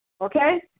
Okay